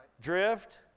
drift